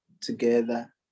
together